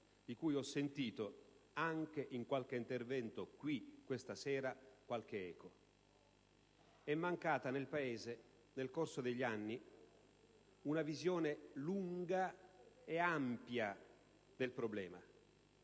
di cui ho sentito, anche in qualche intervento di questa sera, qualche eco. È mancata nel Paese nel corso degli anni una visione lunga e ampia del problema.